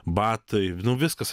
batai nu viskas